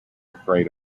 afraid